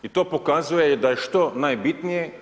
I to pokazuje da je što najbitnije?